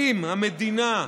אם המדינה,